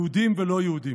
יהודים ולא יהודים.